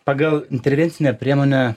pagal prevencinę priemonę